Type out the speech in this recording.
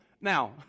Now